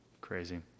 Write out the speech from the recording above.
Crazy